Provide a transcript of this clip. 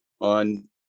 on